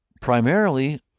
primarily